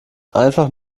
einfach